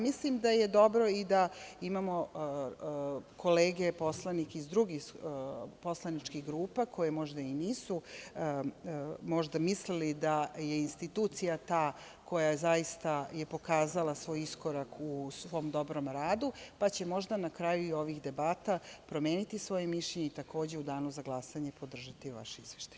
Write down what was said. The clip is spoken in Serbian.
Mislim da je dobro i da imamo kolege poslanike iz drugih poslaničkih grupa koji možda i nisu mislili da je institucija ta koja je zaista pokazala svoj iskorak u svom dobrom radu, pa će možda na kraju i ovih debata promeniti svoje mišljenje i, takođe, u danu za glasanje podržati vaš izveštaj.